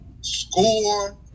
score